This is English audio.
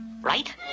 right